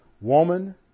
woman